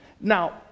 now